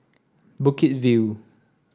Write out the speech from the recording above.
Bukit View